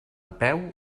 peu